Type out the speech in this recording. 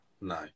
No